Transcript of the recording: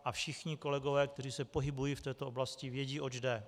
A všichni kolegové, kteří se pohybují v této oblasti, vědí, oč jde.